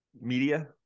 media